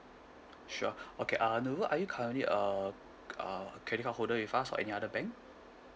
sure okay uh nurul are you currently uh c~ uh credit card holder with us or any other bank